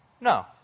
No